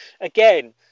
Again